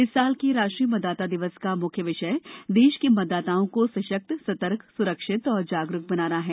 इस वर्ष के राष्ट्रीय मतदाता दिवस का मुख्य विषय देश के मतदाताओं को सशक्तए सतर्कए सुरक्षित और जागरूक बनाना है